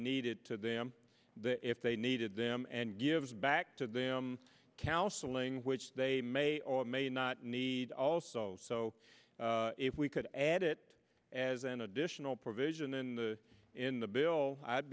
needed to them if they needed them and gives back to them counseling which they may or may not need also so if we could add it as an additional provision in the in the bill i'd